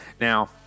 Now